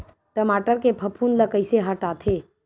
टमाटर के फफूंद ल कइसे हटाथे?